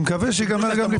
אני מקווה שייגמר גם לפני.